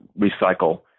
recycle